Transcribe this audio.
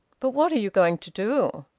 but what are you going to do?